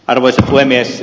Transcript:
arvoisa puhemies